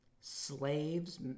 slaves